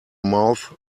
mouth